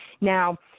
now